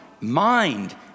mind